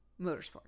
motorsport